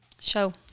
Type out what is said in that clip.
Show